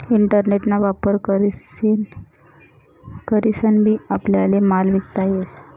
internet ना वापर करीसन बी आपल्याले माल विकता येस